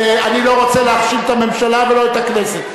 אני לא רוצה להאשים את הממשלה ולא את הכנסת.